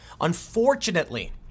Unfortunately